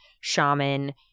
shaman